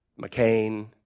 McCain